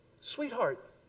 sweetheart